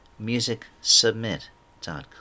MusicSubmit.com